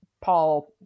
Paul